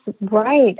right